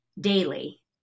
daily